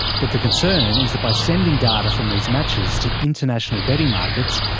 but the concern is that by sending data from these matches to international betting markets,